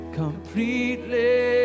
completely